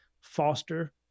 Foster